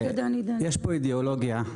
יש פה אידיאולוגיה,